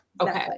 okay